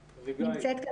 לא נמצאת.